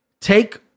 Take